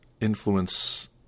influence